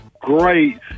great